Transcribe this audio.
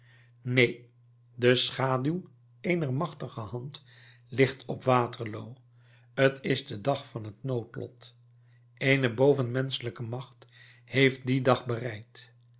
neen de schaduw eener machtige hand ligt op waterloo t is de dag van het noodlot eene bovenmenschelijke macht heeft dien dag bereid